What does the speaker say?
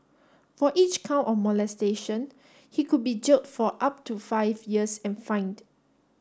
for each count of molestation he could be jailed for up to five years and fined